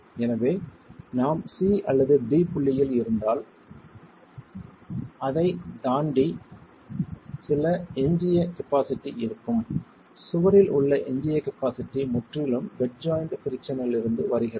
எனவே நாம் c அல்லது d புள்ளியில் இருந்தால் அதைத் தாண்டி சுவரில் சில எஞ்சிய கபாஸிட்டி இருக்கும் சுவரில் உள்ள எஞ்சிய கபாஸிட்டி முற்றிலும் பெட் ஜாய்ண்ட் பிரிக்ஸன்லிருந்து வருகிறது